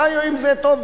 חיו עם זה טוב,